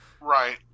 Right